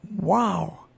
wow